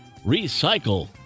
recycle